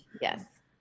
Yes